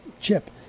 chip